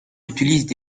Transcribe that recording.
utilisent